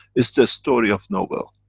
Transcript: it's the story of nobel.